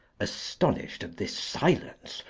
astonished at this silence,